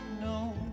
No